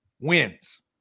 wins